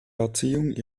erziehung